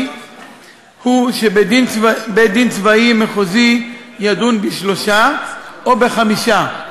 הוא שבית-דין צבאי מחוזי ידון בשלושה או בחמישה,